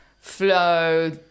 flow